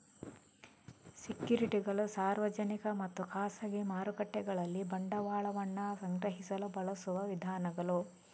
ಸೆಕ್ಯುರಿಟಿಗಳು ಸಾರ್ವಜನಿಕ ಮತ್ತು ಖಾಸಗಿ ಮಾರುಕಟ್ಟೆಗಳಲ್ಲಿ ಬಂಡವಾಳವನ್ನ ಸಂಗ್ರಹಿಸಲು ಬಳಸುವ ವಿಧಾನಗಳು